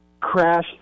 crash